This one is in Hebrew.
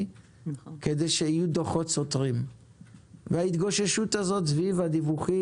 כדי שיהיו דוחות סותרים וההתגוששות הזאת סביב הדיווחים